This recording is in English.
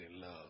love